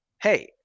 hey